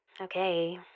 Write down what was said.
okay